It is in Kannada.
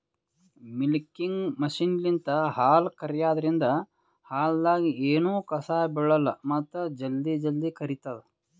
ಮಿಲ್ಕಿಂಗ್ ಮಷಿನ್ಲಿಂತ್ ಹಾಲ್ ಕರ್ಯಾದ್ರಿನ್ದ ಹಾಲ್ದಾಗ್ ಎನೂ ಕಸ ಬಿಳಲ್ಲ್ ಮತ್ತ್ ಜಲ್ದಿ ಜಲ್ದಿ ಕರಿತದ್